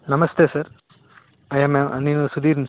నమస్తే sir I am నేను సుధీర్ని